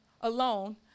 alone